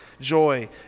joy